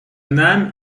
name